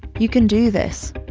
you can do this